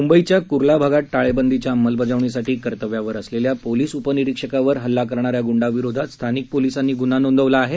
मुंबईच्या कुर्ला भागात टाळेबंदीच्या अंमलबजावणीसाठी कर्तव्यावर असलेल्या पोलीस उप निरिक्षकावर हल्ला करणाऱ्या गुंडाविरोधात स्थानिक पोलीसांनी गुन्हा नोंदवला आहे